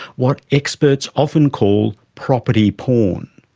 what experts often call property porn.